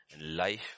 Life